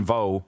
Voe